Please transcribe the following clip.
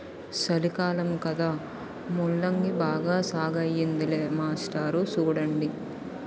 సలికాలం కదా ముల్లంగి బాగా సాగయ్యిందిలే మాస్టారు సూడండి